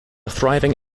thriving